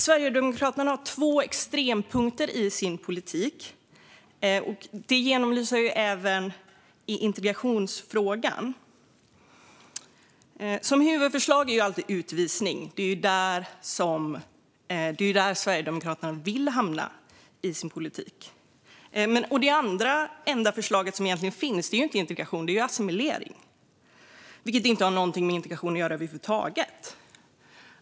Sverigedemokraterna har två extrema punkter i sin politik, och de genomsyrar även integrationsfrågan. Huvudförslaget är alltid utvisning; det är ju där Sverigedemokraterna vill hamna i sin politik. Det enda andra förslag som finns är inte integration utan assimilering, vilket inte har någonting med integration att göra över huvud taget.